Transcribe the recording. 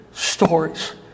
Stories